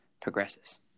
progresses